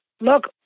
look